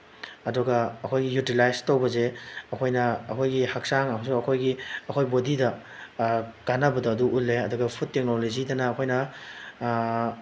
ꯑꯗꯨꯒ ꯑꯩꯈꯣꯏꯒꯤ ꯌꯨꯇꯤꯂꯥꯏꯖ ꯇꯧꯕꯁꯦ ꯑꯩꯈꯣꯏꯅ ꯑꯩꯈꯣꯏꯒꯤ ꯍꯛꯆꯥꯡ ꯑꯃꯁꯨꯡ ꯑꯩꯈꯣꯏꯒꯤ ꯑꯩꯈꯣꯏ ꯕꯣꯗꯤꯗ ꯀꯥꯟꯅꯕꯗꯣ ꯑꯗꯨ ꯎꯠꯂꯦ ꯑꯗꯨꯒ ꯐꯨꯗ ꯇꯦꯛꯅꯣꯂꯣꯖꯤꯗꯅ ꯑꯩꯈꯣꯏꯅ